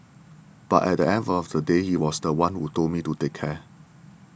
but at the end of the day he was the one who told me to take care